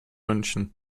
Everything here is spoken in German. münchen